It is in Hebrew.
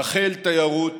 תחל תיירות